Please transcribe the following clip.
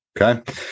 Okay